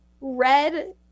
red